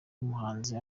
muhanzi